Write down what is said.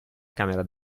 camera